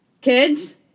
Kids